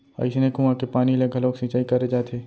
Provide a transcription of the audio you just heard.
अइसने कुँआ के पानी ले घलोक सिंचई करे जाथे